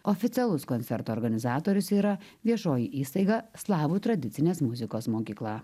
oficialus koncerto organizatorius yra viešoji įstaiga slavų tradicinės muzikos mokykla